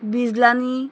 Bijlani